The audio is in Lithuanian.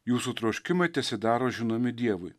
jūsų troškimai tesidaro žinomi dievui